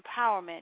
empowerment